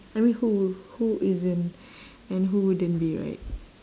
I mean who who isn't and who wouldn't be right